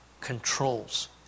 controls